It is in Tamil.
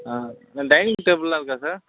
ஆ டைனிங் டேபிளெலாம் இருக்கா சார்